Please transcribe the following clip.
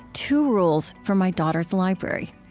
two rules for my daughter's library.